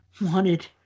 wanted